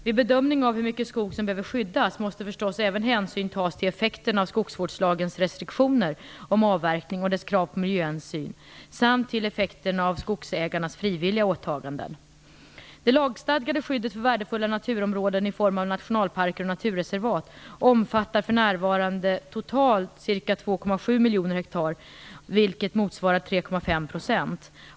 Vid bedömning av hur mycket skog som behöver skyddas måste förstås även hänsyn tas till effekterna av skogsvårdslagens restriktioner om avverkning och dess krav på miljöhänsyn samt till effekterna av skogsägarnas frivilliga åtaganden. Det lagstadgade skyddet för värdefulla naturområden i form av nationalparker och naturreservat omfattar för närvarande totalt ca 2,7 miljoner ha vilket, motsvarar ca 3,5 % av landytan.